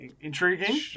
intriguing